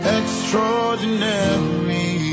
extraordinary